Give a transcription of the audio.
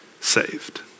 saved